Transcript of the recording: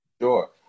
Sure